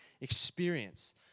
experience